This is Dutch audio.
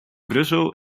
brussel